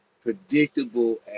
predictable